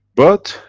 but,